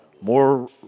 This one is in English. More